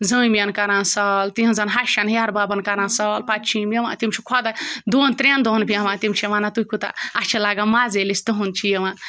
زٲمیَن کَران سال تِہِنٛزَن ہَشَن ہیٚہربابَن کَران سال پَتہٕ چھِ یِم یِوان تِم چھِ خوداے دۄن ترٛٮ۪ن دۄہَن بیٚہوان تِم چھِ وَنان تُہۍ کوٗتاہ اَسہِ چھِ لَگان مَزٕ ییٚلہِ أسۍ تُہُنٛد چھِ یِوان